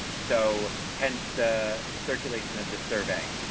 so hence the circulation of the survey.